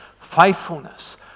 faithfulness